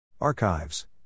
Archives